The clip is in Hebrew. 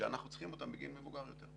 שאנחנו צריכים אותם בגיל מבוגר יותר.